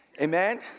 Amen